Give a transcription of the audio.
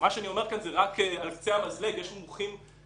כאן אין חשוד ואם נגמר הזמן, אז נגמר